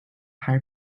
between